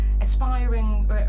aspiring